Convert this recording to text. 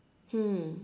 mm